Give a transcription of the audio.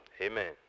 Amen